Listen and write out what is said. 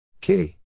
Kitty